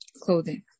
clothing